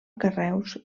carreus